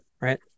Right